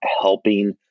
helping